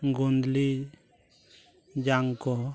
ᱜᱩᱫᱽᱞᱤ ᱡᱟᱝᱠᱚ